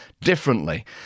differently